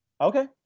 Okay